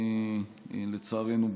לצערנו,